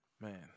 man